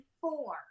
four